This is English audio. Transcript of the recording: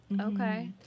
Okay